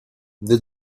the